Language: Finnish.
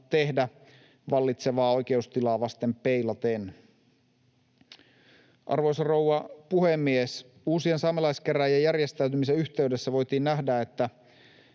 tehdä vallitsevaa oikeustilaa vasten peilaten. Arvoisa rouva puhemies! Uusien saamelaiskäräjien järjestäytymisen yhteydessä voitiin nähdä, että